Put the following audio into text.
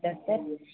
ಹೌದಾ ಸರ್